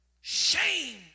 Shame